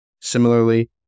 Similarly